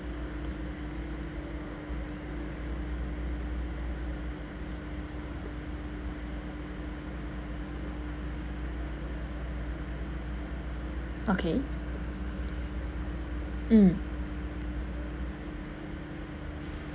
okay mm